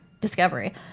Discovery